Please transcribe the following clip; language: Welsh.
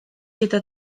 gyda